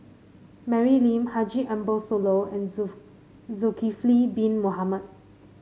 Mary Lim Haji Ambo Sooloh and Zulkifli Bin Mohamed